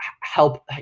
help